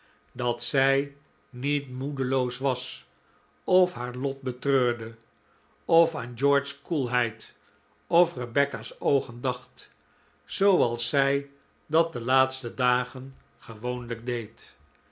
dat zij nict moedcloos was of haar lot betreurde of aan george's koelheid of rebecca's oogen dacht zooals zij dat de laatste dagen gewoonlijk deed